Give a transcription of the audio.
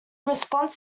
response